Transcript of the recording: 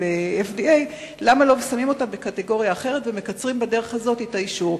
של ה-FDA ולא שמים אותן בקטגוריה אחרת ומקצרים בדרך זו את האישור?